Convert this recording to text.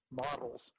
models